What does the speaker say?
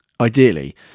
Ideally